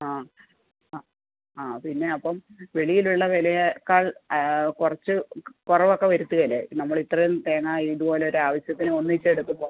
ആ ആ ആ പിന്നെ അപ്പം വെളിയിലുള്ള വിലയേക്കാൾ കുറച്ച് കുറവ് ഒക്കെ വരുത്തുകയില്ലേ നമ്മൾ ഇത്രയും തേങ്ങ ഇതുപോലെ ഒരു ആവശ്യത്തിന് ഒന്നിച്ച് എടുക്കുമ്പോൾ